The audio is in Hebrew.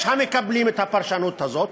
יש המקבלים את הפרשנות הזאת,